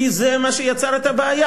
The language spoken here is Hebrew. כי זה מה שיצר את הבעיה,